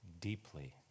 deeply